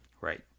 Right